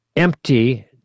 empty